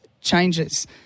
Changes